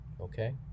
Okay